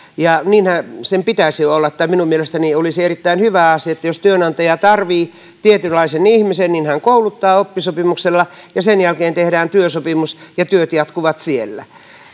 ja niinhän sen pitäisi olla tai minun mielestäni olisi erittäin hyvä asia että jos työnantaja tarvitsee tietynlaisen ihmisen niin hän kouluttaa oppisopimuksella ja sen jälkeen tehdään työsopimus ja työt jatkuvat siellä